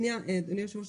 שנייה, אדוני היושב-ראש.